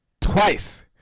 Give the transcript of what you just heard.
Twice